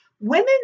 Women